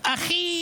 הכי